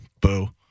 boo